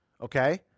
okay